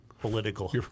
political